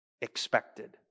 expected